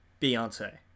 Beyonce